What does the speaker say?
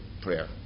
prayer